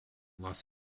los